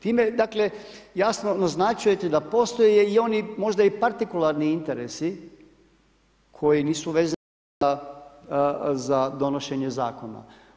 Time dakle jasno naznačujete da postoje i oni možda i partikularni interesi koji nisu vezani za donošenje zakona.